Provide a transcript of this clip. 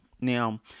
Now